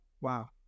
wow